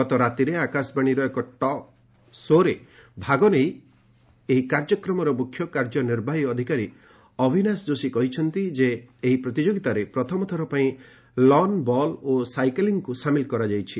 ଗତ ରାତିରେ ଆକାଶବାଣୀର ଏକ ଟକ୍ ଶୋ'ରେ ଭାଗ ନେଇ ଏହି କାର୍ଯ୍ୟକ୍ରମର ମୁଖ୍ୟ କାର୍ଯ୍ୟ ନିର୍ବାହୀ ଅଧିକାରୀ ଅଭିନାଶ ଯୋଶୀ କହିଛନ୍ତି ଏହି ପ୍ରତିଯୋଗୀତାରେ ପ୍ରଥମଥର ପାଇଁ ଲନ୍ ବଲ୍ ଓ ସାଇକେଳିଂକୁ ସାମିଲ କରାଯାଇଛି